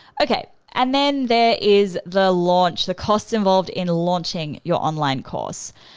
okay, and then there is the launch, the costs involved in launching your online course.